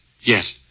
Yes